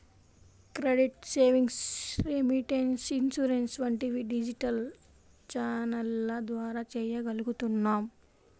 credit, savings, remittance, insurance వంటివి digital ఛానెల్ల ద్వారా చెయ్యగలుగుతున్నాం